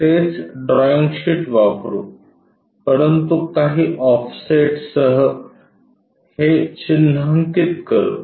तर आपण तेच ड्रॉईंग शीट वापरू परंतु काही ऑफसेटसह हे चिन्हांकित करू